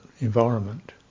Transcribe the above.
environment